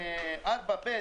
האמור בתקנה5(ג)(4)(ב),